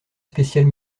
spéciale